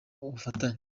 gufatanya